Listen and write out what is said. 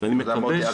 תודה, מוטי.